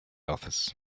office